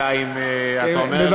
אלא אם אתה אומר לי --- מבקשים.